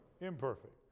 Imperfect